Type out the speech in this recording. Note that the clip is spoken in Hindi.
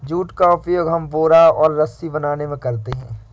जूट का उपयोग हम बोरा और रस्सी बनाने में करते हैं